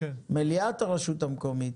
מליאת הרשות המקומית.